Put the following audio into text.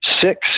six